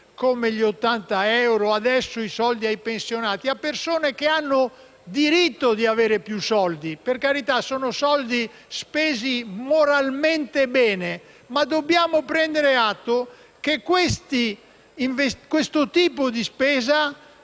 come gli 80 euro e ora i soldi ai pensionati - a persone che hanno il diritto di avere più soldi. Per carità, sono soldi spesi moralmente bene, ma dobbiamo prendere atto che questo tipo di spesa,